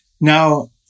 Now